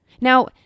Now